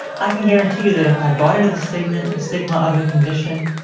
i can guarantee you that if i bought into the stigma and the stigma of the condition,